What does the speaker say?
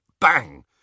bang